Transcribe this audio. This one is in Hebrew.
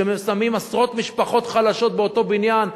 ששמים עשרות משפחות חלשות באותו בניין.